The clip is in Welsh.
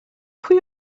pwy